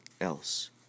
else